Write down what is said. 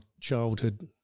childhood